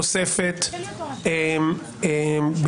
חבר הכנסת יואב סגלוביץ',